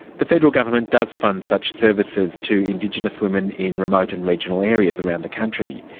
the federal government does fund such services to indigenous women in remote and regional areas around the country.